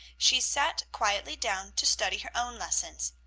she sat quietly down to study her own lessons,